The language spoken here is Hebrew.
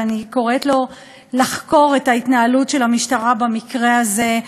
ואני קוראת לו לחקור את ההתנהלות של המשטרה במקרה הזה,